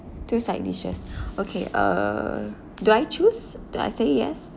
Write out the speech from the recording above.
two side dishes okay err do I choose do I say yes